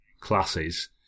classes